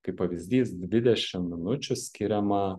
kaip pavyzdys dvidešim minučių skiriama